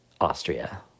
Austria